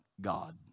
God